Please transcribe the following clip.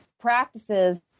practices